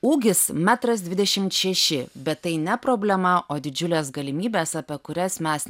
ūgis metras dvidešimt šeši bet tai ne problema o didžiulės galimybės apie kurias mes